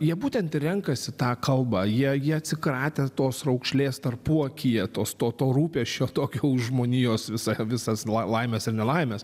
jie būtent ir renkasi tą kalbą jie jie atsikratę tos raukšlės tarpuakyje tos to to rūpesčio tokio už žmonijos visa visas la laimes ir nelaimes